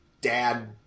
dad